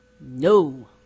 No